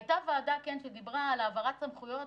הייתה ועדה שדיברה על העברת סמכויות,